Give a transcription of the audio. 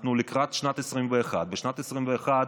אנחנו לקראת שנת 2021. בשנת 2021,